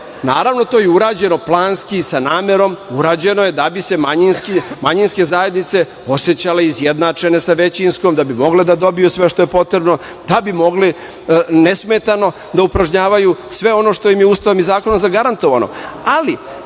naravno to je i urađeno, planski sa namerom, urađeno je, da bi se manjinske zajednice osećale izjednačene sa većinskom, da bi mogle da dobiju sve što je potrebno, da bi mogli nesmetano da upražnjavaju sve ono što im je Ustavom i zakonom zagarantovano.